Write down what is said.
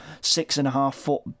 six-and-a-half-foot